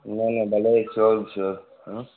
न न भले श्योर श्योर हा